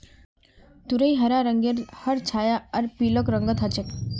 तुरई हरा रंगेर हर छाया आर पीलक रंगत ह छेक